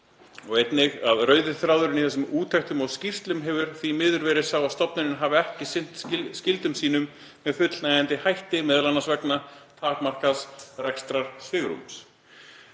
einnig: „Rauði þráðurinn í þessum úttektum og skýrslum hefur því miður verið sá að stofnunin hafi ekki sinnt skyldum sínum með fullnægjandi hætti, m.a. vegna takmarkaðs rekstrarsvigrúms.“